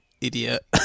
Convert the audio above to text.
idiot